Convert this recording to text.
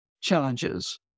challenges